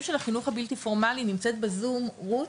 של החינוך הבלתי פורמלי נמצאת בזום רות,